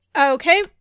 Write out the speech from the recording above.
Okay